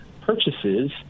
purchases